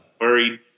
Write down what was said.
worried